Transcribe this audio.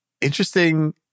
Interesting